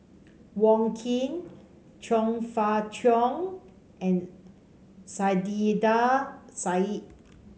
Wong Keen Chong Fah Cheong and Saiedah Said